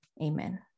Amen